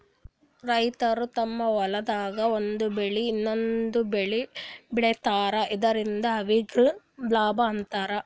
ರೈತರ್ ತಮ್ಮ್ ಹೊಲ್ದಾಗ್ ಒಂದ್ ಬೆಳಿ ಇನ್ನೊಂದ್ ಬೆಳಿ ಬೆಳಿತಾರ್ ಇದರಿಂದ ಅವ್ರಿಗ್ ಲಾಭ ಆತದ್